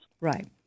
Right